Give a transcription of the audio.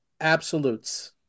absolutes